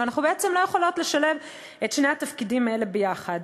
ואנחנו בעצם לא יכולות לשלב את שני התפקידים האלה ביחד.